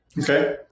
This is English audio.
Okay